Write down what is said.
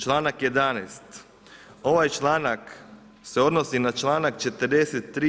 Članak 11. „ovaj članak se odnosi na članak 43.